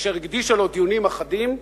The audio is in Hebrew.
היא הקדישה לו דיונים אחדים,